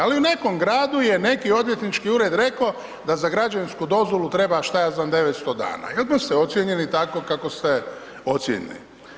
Ali u nekom gradu je neki odvjetnički ured rekao da za građevinsku dozvolu treba, šta ja znam, 900 dana i odmah ste ocijenjeni tako kako ste ocijenjeni.